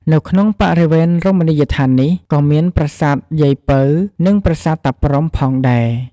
នៅក្នុងបរិវេណរមណីយដ្ឋាននេះ ក៏មាន ប្រាសាទយាយពៅ និង ប្រាសាទតាព្រហ្ម ផងដែរ។